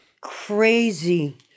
Crazy